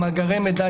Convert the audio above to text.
מאגרי המידע,